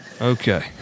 Okay